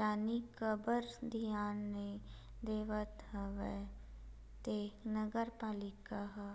जनी काबर धियान नइ देवत हवय ते नगर पालिका ह